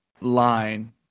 Line